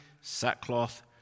sackcloth